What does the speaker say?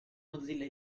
mozilla